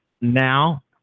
now